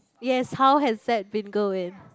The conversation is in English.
yes how has that been going